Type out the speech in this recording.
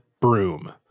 broom